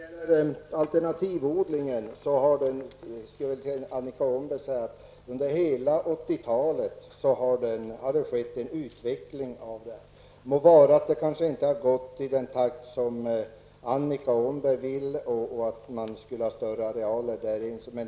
Herr talman! Till Annika Åhnberg vill jag säga att det under hela 80-talet har skett en utveckling av alternativodlingen. Det må vara att denna utveckling inte har gått i den takt som Annika Åhnberg hade velat se och att man skulle ha haft större arealer.